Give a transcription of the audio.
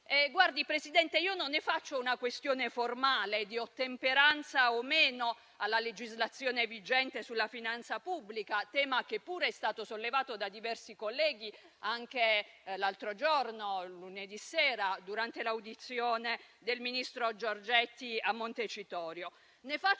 avanti. Presidente, non ne faccio una questione formale di ottemperanza o meno alla legislazione vigente sulla finanza pubblica, tema che pure è stato sollevato da diversi colleghi anche lunedì sera, durante l'audizione del ministro Giorgetti a Montecitorio.